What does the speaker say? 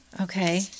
Okay